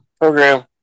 Program